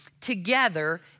together